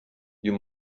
you